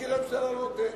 מזכיר הממשלה לא נותן.